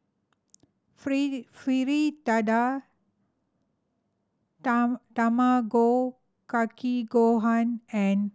Fritada Tamago Kake Gohan and